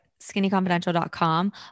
Skinnyconfidential.com